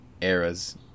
eras